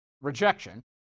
rejection